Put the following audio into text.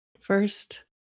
First